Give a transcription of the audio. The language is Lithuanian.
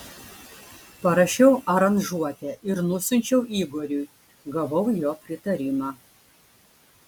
parašiau aranžuotę ir nusiunčiau igoriui gavau jo pritarimą